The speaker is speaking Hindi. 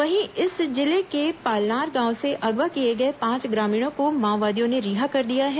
वहीं इसी जिले के पालनार गांव से अगवा किए गए पांच ग्रामीणों को माओवादियों ने रिहा कर दिया है